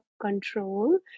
control